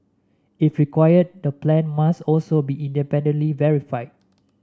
if required the plan must also be independently verified